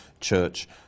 church